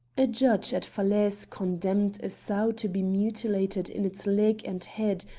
a judge at falaise condemned a sow to be mutilated in its leg and head,